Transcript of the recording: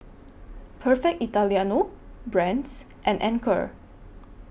Perfect Italiano Brand's and Anchor